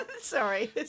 Sorry